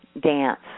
dance